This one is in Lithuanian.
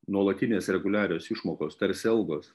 nuolatinės reguliarios išmokos tarsi algos